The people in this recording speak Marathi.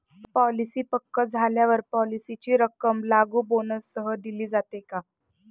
पॉलिसी पक्व झाल्यावर पॉलिसीची रक्कम लागू बोनससह दिली जाते का?